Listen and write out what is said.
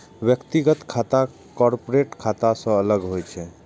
व्यक्तिगत खाता कॉरपोरेट खाता सं अलग होइ छै